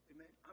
Amen